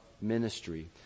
ministry